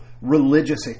religious